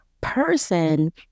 person